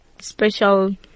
special